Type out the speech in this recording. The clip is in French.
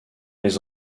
les